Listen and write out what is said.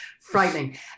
Frightening